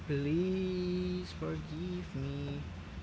please forgive me